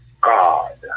God